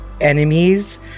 enemies